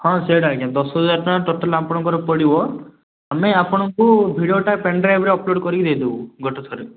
ହଁ ସେଇଟା ଆଜ୍ଞା ଦଶ ହଜାର ଟଙ୍କା ଟୋଟାଲ୍ ଆପଣଙ୍କର ପଡ଼ିବ ଆମେ ଆପଣଙ୍କୁ ଭିଡ଼ିଓଟା ପେନଡ୍ରାଇଭରେ ଅପଲୋଡ଼୍ କରିକି ଦେଇଦେବୁ ଗୋଟେ ଥରେ